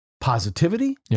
positivity